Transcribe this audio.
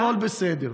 הכול בסדר.